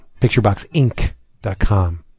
PictureBoxInc.com